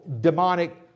demonic